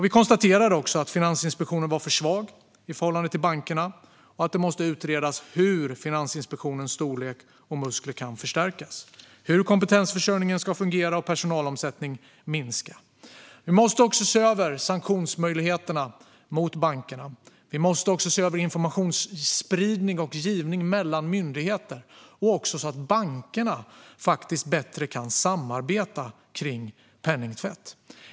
Vi konstaterade också att Finansinspektionen var för svag i förhållande till bankerna och att det måste utredas hur Finansinspektionens storlek och muskler kan förstärkas, hur kompetensförsörjningen kan fungera bättre och hur personalomsättningen kan minska. Vi måste också se över sanktionsmöjligheterna mot bankerna. Vi måste se över informationsspridning och informationsgivning mellan myndigheter och till bankerna, så att också de kan samarbeta bättre när det gäller penningtvätt.